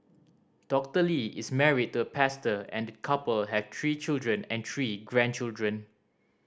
Doctor Lee is married to a pastor and the couple have tree children and tree grandchildren